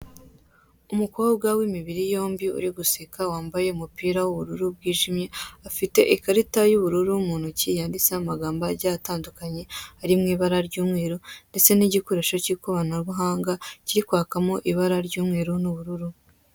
Umukobwa w'imibiri yombi, uri guseka, wambaye umupira w'ubururu bwijimye, afite ikarita y'ubururu mu ntoki yanditseho amagambo agiye atandukanye ari mu ibara ry'umweru, ndetse n'igikoresho cy'ikoranabuhanga, kiri kwaka mo ibara ry'umweru n'ubururu.